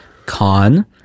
Con